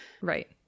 Right